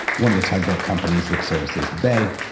one of the tugboat companies that services the bay.